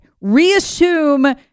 Reassume